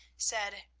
said,